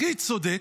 הכי צודק,